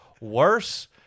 worse